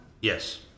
Yes